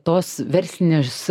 tos verslinės